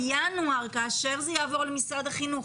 בינואר כאשר זה יעבור למשרד החינוך,